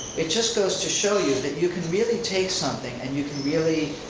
it just goes to show you that you can really take something and you can really